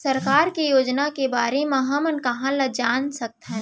सरकार के योजना के बारे म हमन कहाँ ल जान सकथन?